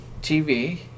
TV